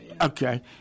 Okay